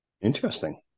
Interesting